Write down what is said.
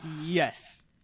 Yes